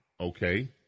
okay